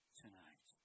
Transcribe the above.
tonight